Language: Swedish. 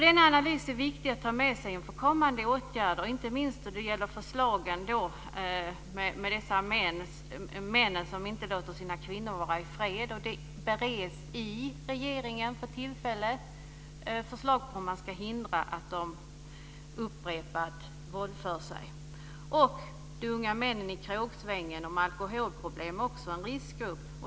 Denna analys är viktig att ta med sig inför kommande åtgärder, inte minst när det gäller förslagen gällande de män som inte låter sina kvinnor vara i fred. Det bereds i regeringen för tillfället förslag om hur man ska hindra dem att våldföra sig upprepade gånger. De unga männen i krogsvängen med alkoholproblem är också en riskgrupp.